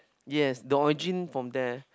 yes the origin from there